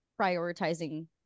prioritizing